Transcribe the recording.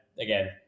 again